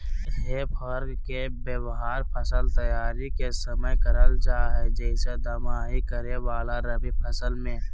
हे फोर्क के व्यवहार फसल तैयारी के समय करल जा हई, जैसे दमाही करे वाला रवि फसल मे